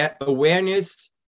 awareness